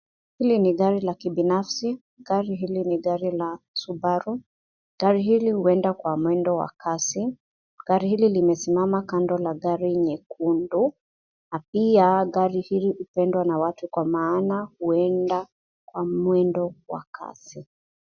Hili ni gari la kibinafsi. Gari hili ni gari la Subaru. Gari hili huenda kwa mwendo wa kasi. Gari hili limesimama kando la gari jekundu na pia gari hili hupendwa na watu kwa maana huenda kwa mwendo wa kasi.